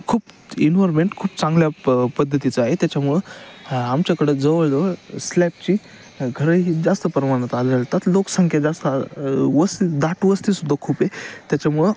खूप इन्वॉर्मेंट खूप चांगल्या प पद्धतीचं आहे त्याच्यामुळे आमच्याकडं जवळजवळ स्लॅबची घरंही जास्त प्रमाणात आढळतात लोकसंख्या जास्त वस् दाट वस्तीसुद्धा खूप आहे त्याच्यामुळं